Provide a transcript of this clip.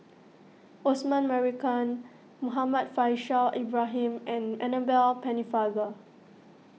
Osman Merican Muhammad Faishal Ibrahim and Annabel Pennefather